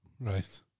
Right